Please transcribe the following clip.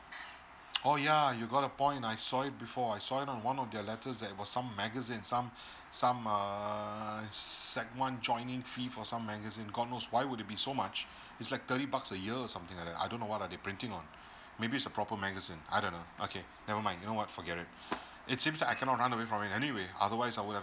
oh yeah you got a point I saw it before I saw it on one of the letters that was some magazine some some err sec one joining fee for some magazine god knows why would it be so much it's like thirty bucks a year or something like that I don't know what are they printing on maybe it's a proper magazine I don't know okay never mind you know what forget it it seems I cannot run away from it anyway otherwise I would have